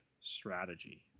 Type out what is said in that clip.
strategy